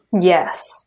yes